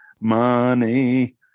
money